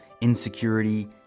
insecurity